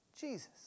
Jesus